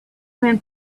man